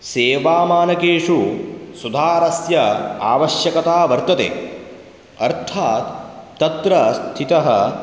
सेवामानकेषु सुधारस्य आवश्यकता वर्तते अर्थात् तत्र स्थितः